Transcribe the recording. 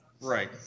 Right